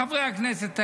חברי הכנסת האלה.